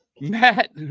Matt